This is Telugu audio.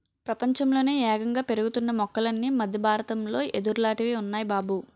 ప్రపంచంలోనే యేగంగా పెరుగుతున్న మొక్కలన్నీ మద్దె బారతంలో యెదుర్లాటివి ఉన్నాయ్ బాబూ